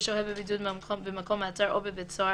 ושוהה בבידוד במקום מעצר או בבית סוהר